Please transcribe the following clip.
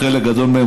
או חלק גדול מהן,